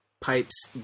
pipes